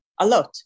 Alot